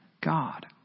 God